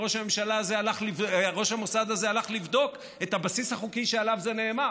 וראש המוסד הזה הלך לבדוק את הבסיס החוקי שעליו זה נאמר.